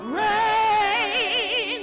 rain